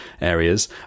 areas